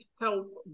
help